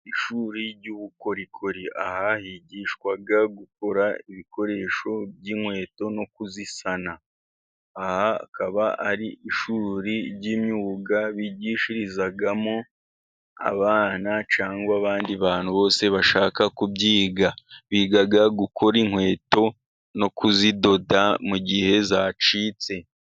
Ishuri ry'ubukorikori. Aha higishwa gukora ibikoresho by'inkweto no kuzisana. Aha hakaba ari ishuri ry'imyuga bigishirizamo abana cyangwa abandi bantu bose bashaka kubyiga. Biga gukora inkweto no kuzidoda mu gihe zacitse.